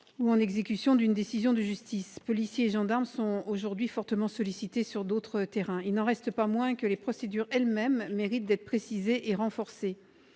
ou en exécution d'une décision de justice. Policiers et gendarmes sont, aujourd'hui, fortement sollicités sur d'autres terrains. Il n'en reste pas moins que les procédures elles-mêmes méritent d'être précisées et renforcées.